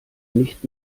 nicht